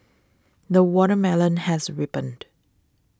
the watermelon has ripened